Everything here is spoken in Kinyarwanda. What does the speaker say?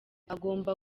agomba